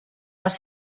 les